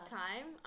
time